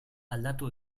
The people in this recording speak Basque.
aldatu